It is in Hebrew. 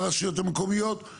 פשוט אין איכות חיים